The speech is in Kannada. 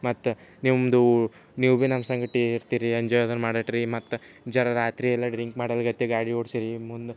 ಮತ್ತೆ ನಿಮ್ಮದು ನೀವು ಬಿ ನಮ್ಮ ಸಂಗಡ ಇರ್ತೀರಿ ಎಂಜಾಯ್ ಎಲ್ಲ ಮಾಡತ್ರಿ ಮತ್ತೆ ಜರ ರಾತ್ರಿ ಎಲ್ಲ ಡ್ರಿಂಕ್ ಮಾಡಲ್ಗತ್ತೆ ಗಾಡಿ ಓಡ್ಸಿರೀ ಮುಂದೆ